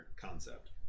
concept